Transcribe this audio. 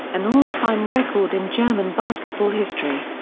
an all-time record in german basketball history.